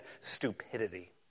stupidity